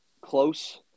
close